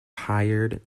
hired